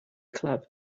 club